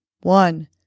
One